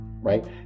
right